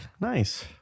Nice